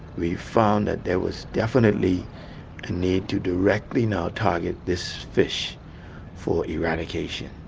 we found that there was definitely a need to directly now target this fish for eradication.